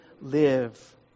live